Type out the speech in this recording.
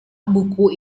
buku